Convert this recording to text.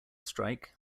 strike